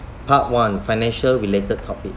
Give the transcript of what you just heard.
part one financial related topic